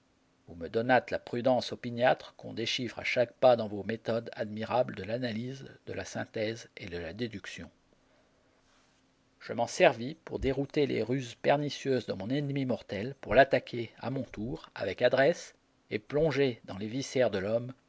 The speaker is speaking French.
vous me donnâtes la prudence opiniâtre qu'on déchiffre à chaque pas dans vos méthodes admirables de l'analyse de la synthèse et de la déduction je m'en servis pour dérouter les ruses pernicieuses de mon ennemi mortel pour l'attaquer à mon tour avec adresse et plonger dans les viscères de l'homme